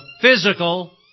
physical